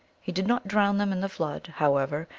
he did not drown them in the flood, however,